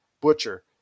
Butcher